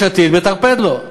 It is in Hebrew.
יש עתיד מטרפדת לה,